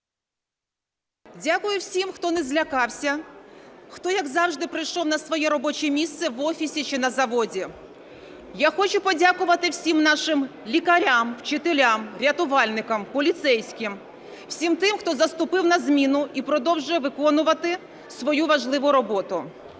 Дякуємо всім, хто не злякався, хто, як завжди, прийшов на своє робоче місце в офісі чи на заводі. Я хочу подякувати всім нашим лікарям, вчителям, рятувальникам, поліцейським, всім тим, хто заступив на зміну і продовжує виконувати свою важливу роботу.